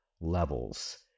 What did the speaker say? levels